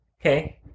Okay